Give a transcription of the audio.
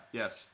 yes